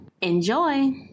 enjoy